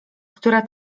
która